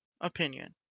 opinion